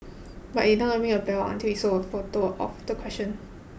but it not ring a bell until we saw a photo of the question